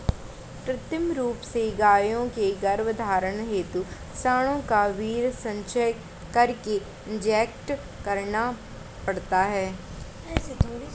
कृत्रिम रूप से गायों के गर्भधारण हेतु साँडों का वीर्य संचय करके इंजेक्ट करना पड़ता है